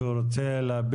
לנו,